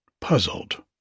puzzled